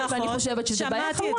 נכון, ואני חושבת שזה בעיה חמורה.